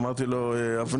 אמרתי לו אבנר,